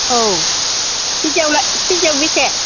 औ केजि आवलाय केजियाव बेसे